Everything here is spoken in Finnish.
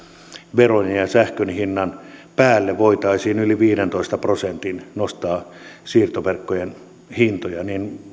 verojen ja ja sähkönhinnan päälle voitaisiin yli viidentoista prosentin nostaa siirtoverkkojen hintoja